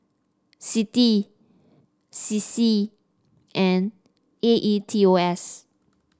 CITI C C and A E T O S